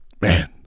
man